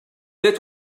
tais